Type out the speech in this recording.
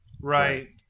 Right